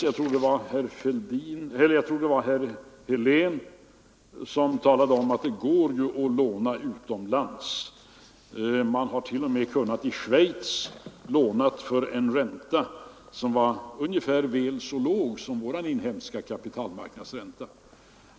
Jag tror att det var herr Helén som talade om att det ju går att låna utomlands — man hade t.o.m. kunnat låna i Schweiz för en ränta som var väl så låg som vår inhemska kapitalmarknadsränta.